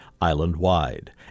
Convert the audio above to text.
island-wide